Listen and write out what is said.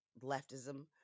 leftism